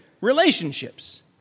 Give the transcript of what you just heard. relationships